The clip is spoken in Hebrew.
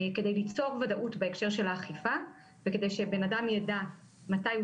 כדי ליצור ודאות בהקשר של האכיפה וכדי שבן אדם יידע מתי הוא